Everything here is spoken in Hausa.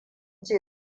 ce